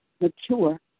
mature